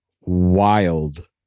wild